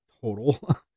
total